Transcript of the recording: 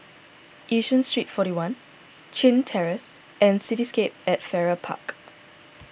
Yishun Street forty one Chin Terrace and Cityscape at Farrer Park